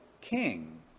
king